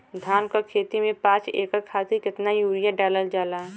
धान क खेती में पांच एकड़ खातिर कितना यूरिया डालल जाला?